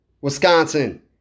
Wisconsin